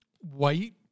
white